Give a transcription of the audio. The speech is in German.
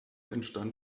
entstand